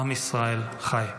עם ישראל חי.